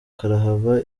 karahava